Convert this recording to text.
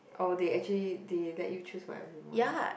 oh they actually they let you choose for everyone